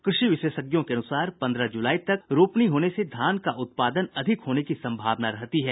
कृषि विशेषज्ञों के अनुसार पन्द्रह जुलाई तक रोपनी होने से धान का उत्पादन अधिक होने की सम्भावना रहती है